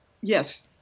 Yes